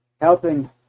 helping